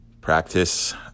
practice